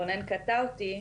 רונן קטע אותי,